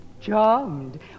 charmed